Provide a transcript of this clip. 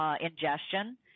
ingestion